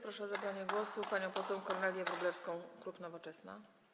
Proszę o zabranie głosu panią poseł Kornelię Wróblewską, klub Nowoczesna.